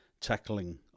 tackling